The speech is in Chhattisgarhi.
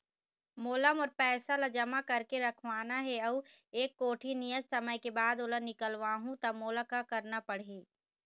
मोला मोर पैसा ला जमा करके रखवाना हे अऊ एक कोठी नियत समय के बाद ओला निकलवा हु ता मोला का करना पड़ही?